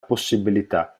possibilità